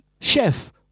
chef